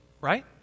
right